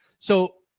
so,